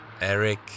Eric